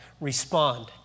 respond